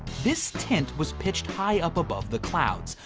this tent was pitched high up above the clouds.